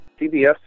CBS